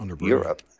Europe